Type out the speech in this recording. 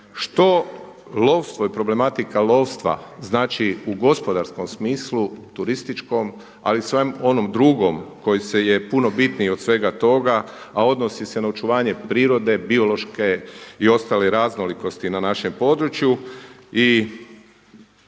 što lovstvo i problematika lovstva znači u gospodarskom smislu, turističkom, ali i u svemu onom drugom koji je puno bitniji od svega toga, a odnosi se na očuvanje prirode biološke i ostale raznolikosti na našem području i